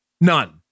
None